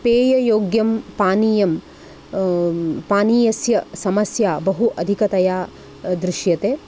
पेययोग्यं पानीयं पानीयस्य समस्या बहु अधिकतया दृश्यते